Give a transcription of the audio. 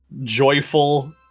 joyful